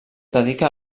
dedica